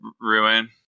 Ruin